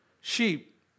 sheep